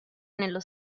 nello